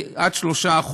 היא עד 3%,